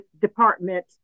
department